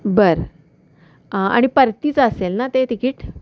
बरं आणि परतीचं असेल ना ते तिकीट